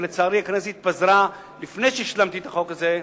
ולצערי הכנסת התפזרה לפני שהשלמתי את החוק הזה,